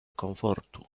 komfortu